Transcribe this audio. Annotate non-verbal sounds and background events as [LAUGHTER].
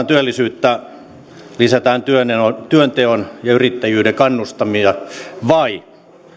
[UNINTELLIGIBLE] työllisyyttä ja lisätään työnteon työnteon ja yrittäjyyden kannustimia vai